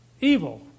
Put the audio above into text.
Evil